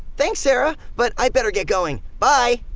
thanks, sarah, but i'd better get going. bye.